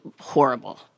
horrible